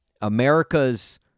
America's